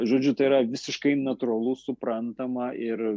žodžiu tai yra visiškai natūralu suprantama ir